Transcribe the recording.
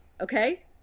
okay